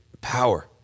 power